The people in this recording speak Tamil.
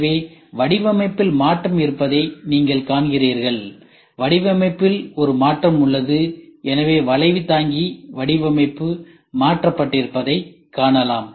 எனவே வடிவமைப்பில் மாற்றம் இருப்பதை நீங்கள் காண்கிறீர்கள் வடிவமைப்பில் ஒரு மாற்றம் உள்ளது எனவே வளைவுதாங்கி வடிவமைப்பு மாற்றப்பட்டிருப்பதைக் காணலாம்